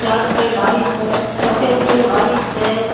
कए रुपैए भरी छै कतेक रुपैए भरी छै